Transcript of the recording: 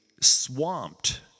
swamped